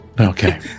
Okay